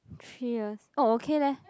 three years oh okay leh